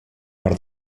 per